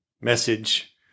message